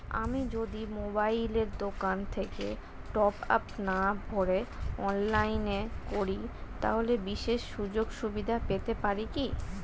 আমি যদি মোবাইলের দোকান থেকে টপআপ না ভরে অনলাইনে করি তাহলে বিশেষ সুযোগসুবিধা পেতে পারি কি?